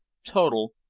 total,